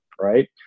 right